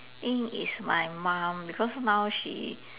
think is my mom because now she